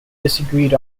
disagreed